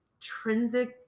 intrinsic